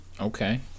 Okay